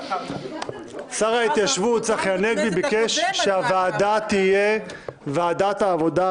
שר ההתיישבות צחי הנגבי ביקש שהוועדה תהיה ועדת העבודה,